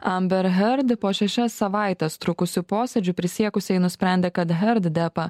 amber herd po šešias savaites trukusių posėdžių prisiekusieji nusprendė kad hertd depą